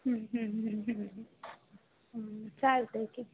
हं हं हं हं हं चालतं आहे की